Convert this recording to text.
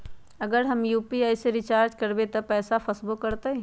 अगर हम यू.पी.आई से रिचार्ज करबै त पैसा फसबो करतई?